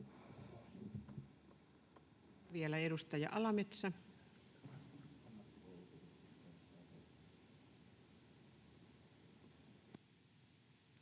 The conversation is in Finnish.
Vielä edustaja Alametsä.